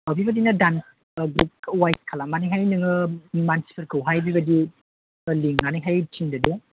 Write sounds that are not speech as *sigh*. बिबायदिनो दान्स *unintelligible* खालामनानैहाय नोङो मानसिफोरखौहाय बिबादि लिंनानैहाय थिन्दो दे